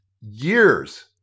years